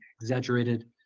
exaggerated